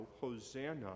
Hosanna